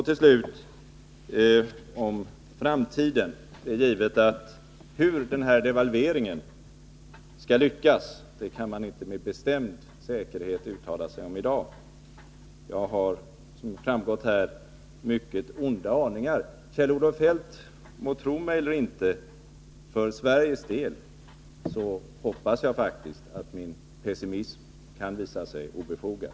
Till slut vill jag säga några ord om framtiden. Det är givet att man i dag inte med bestämd säkerhet kan uttala sig om hur den här devalveringen skall lyckas. Jag har, som framgått av vad jag sagt här, mycket onda aningar. Kjell-Olof Feldt må tro mig eller inte — för Sveriges del hoppas jag faktiskt att min pessimism kan visa sig obefogad.